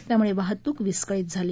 त्यामुळे वाहतुक विस्कळीत झाली